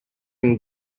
and